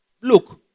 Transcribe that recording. look